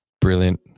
Brilliant